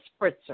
Spritzer